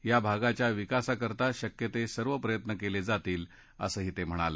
या भागाच्या विकासाकरता शक्य ते सर्व प्रयत्न केले जातील असं ते म्हणाले